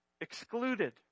excluded